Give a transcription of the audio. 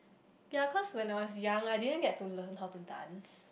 ya cause when I was young I didn't get to learn how to dance